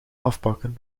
afpakken